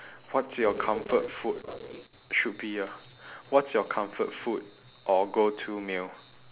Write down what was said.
what's your comfort food should be ah what's your comfort food or go to meal